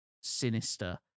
sinister